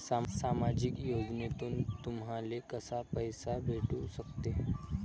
सामाजिक योजनेतून तुम्हाले कसा पैसा भेटू सकते?